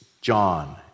John